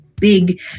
big